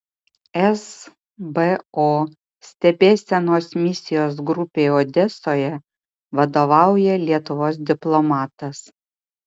esbo stebėsenos misijos grupei odesoje vadovauja lietuvos diplomatas